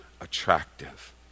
attractive